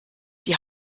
die